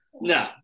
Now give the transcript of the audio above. No